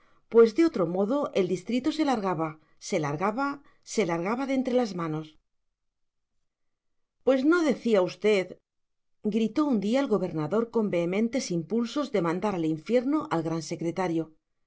pues de otro modo el distrito se largaba se largaba se largaba de entre las manos pues no decía usted gritó un día el gobernador con vehementes impulsos de mandar al infierno al gran